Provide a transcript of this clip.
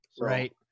Right